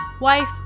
wife